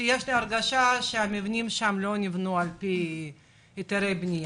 שיש ליה רגשה שהמבנים שם לא נבנו עם היתרי בנייה.